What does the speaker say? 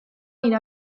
nire